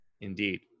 Indeed